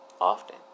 often